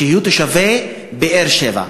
שיהיו תושבי באר-שבע.